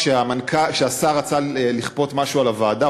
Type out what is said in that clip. כשהשר רצה לכפות משהו על הוועדה,